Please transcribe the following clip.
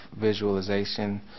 visualization